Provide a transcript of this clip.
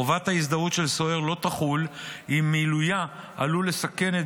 חובת ההזדהות של סוהר לא תחול אם מילויה עלול לסכן את